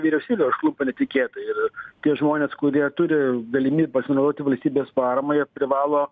vyriausybę užklumpa netikėtai ir tie žmonės kurie turi galimyb pasinaudoti valstybės parama jie privalo